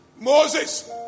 Moses